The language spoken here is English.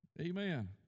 Amen